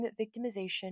victimization